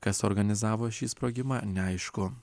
kas suorganizavo šį sprogimą neaišku